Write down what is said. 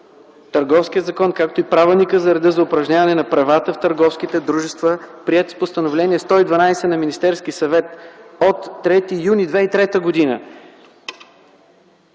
Търговският закон, както и Правилникът за реда за упражняване на правата в търговските дружества, приет с Постановление № 112 на Министерския съвет от 3 юни 2003 г.,